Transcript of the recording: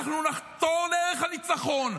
אנחנו נחתור לערך הניצחון,